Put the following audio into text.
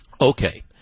okay